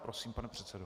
Prosím, pane předsedo.